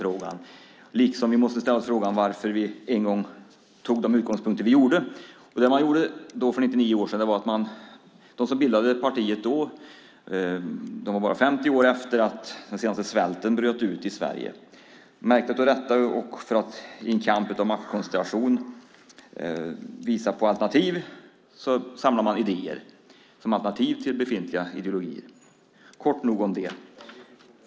Vi måste också ställa oss frågan varför vi en gång tog de utgångspunkter som vi gjorde. När man bildade partiet var det bara 50 år efter att den senaste svälten bröt ut i Sverige. Märkt av detta och i kamp med maktkonstellationer ville man visa på alternativ och samlade idéer. Man ville ha ett alternativ till befintliga ideologier.